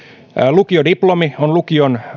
lukiodiplomi on lukion